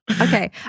okay